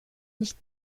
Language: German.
nicht